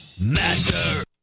master